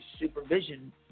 supervision